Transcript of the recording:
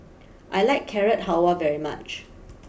I like Carrot Halwa very much